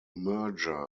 merger